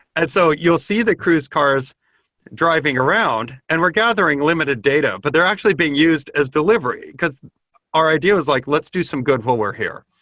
and so you'll see the cruise cars driving around, and we're gathering limited data, but they're actually being used as delivery. because our ideal is like, let's do some good while we're her.